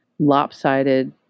lopsided